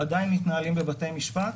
שעדיין מתנהלים בבתי המשפט.